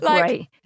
great